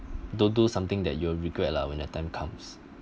don't do something that you'll regret lah when the time comes